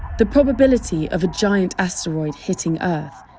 the probability of a giant asteroid hitting earth,